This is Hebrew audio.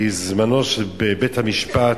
כי זמנו של בית-המשפט